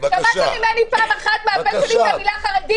שמעת ממני פעם אחת, מהפה שלי, את המילה "חרדים"?